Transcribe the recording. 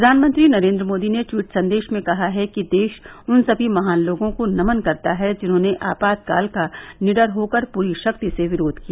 प्रधानमंत्री नरेन्द्र मोदी ने ट्वीट संदेश में कहा है कि देश उन सभी महान लोगों को नमन करता है जिन्होंने आपातकाल का निडर होकर पूरी शक्ति से विरोध किया